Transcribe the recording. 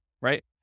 right